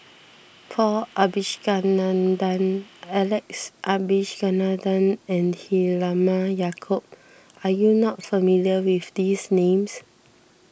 Paul Abisheganaden Alex Abisheganaden and Halimah Yacob are you not familiar with these names